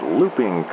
looping